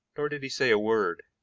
nor did he say a word.